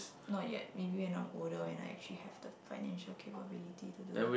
not yet maybe when I'm older and I actually have the financial capability to do